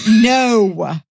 No